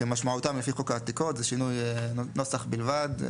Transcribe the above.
- כמשמעותם לפי חוק העתיקות, זה שינוי נוסח בלבד.